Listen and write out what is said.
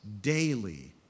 daily